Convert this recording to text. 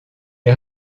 est